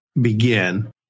begin